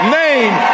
name